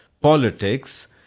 politics